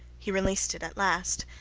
he released it at last,